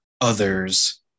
others